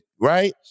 right